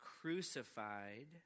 crucified